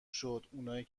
شد، اونایی